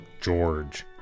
George